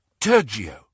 Turgio